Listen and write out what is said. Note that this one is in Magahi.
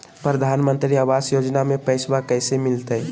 प्रधानमंत्री आवास योजना में पैसबा कैसे मिलते?